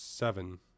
seven